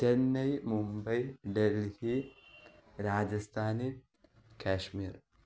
Chennai Mumbai Delhi Rajasthan Kashmir